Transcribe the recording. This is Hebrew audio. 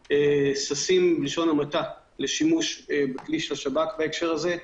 ששים לשימוש בכלי של השב"כ בהקשר הזה.